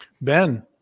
Ben